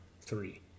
Three